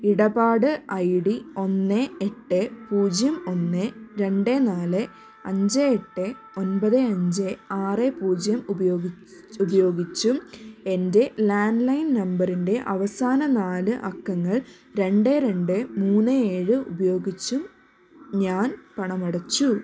ഇടപാട് I D ഒന്ന് എട്ട് പൂജ്യം ഒന്ന് രണ്ട് നാല് അഞ്ച് എട്ട് ഒൻപത് അഞ്ച് ആറ് പൂജ്യം ഉപയോഗി ഉപയോഗിച്ചും എന്റെ ലാൻലൈൻ നമ്പറിന്റെ അവസാന നാല് അക്കങ്ങൾ രണ്ട് രണ്ട് മൂന്ന് ഏഴ് ഉപയോഗിച്ചും ഞാൻ പണമടച്ചു